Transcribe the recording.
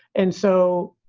and so,